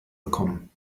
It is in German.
bekommen